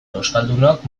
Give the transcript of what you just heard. euskaldunok